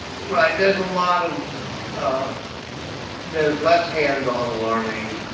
right. there's a lot of ah there's less hands-on learning,